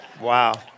Wow